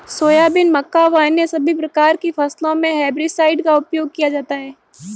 soybean, मक्का व अन्य सभी प्रकार की फसलों मे हेर्बिसाइड का उपयोग किया जाता हैं